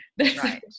Right